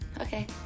Okay